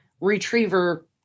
retriever